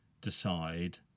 decide